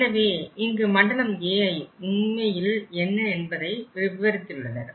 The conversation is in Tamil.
எனவே இங்கு மண்டலம் Aஐ உண்மையில் என்ன என்பதை விவரித்துள்ளனர்